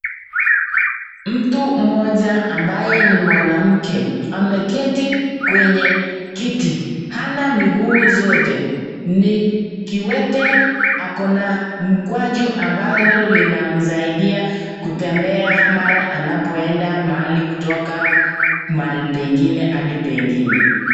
Mtu mmoja ambaye ni mwanamke, ameketi kwenye kiti, hana miguu zote ni kiwete ako na mkwaju ambalo linamsaidia kutembea mara anapoenda mahali kutoka mahali pengine hadi pengine.